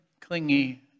clingy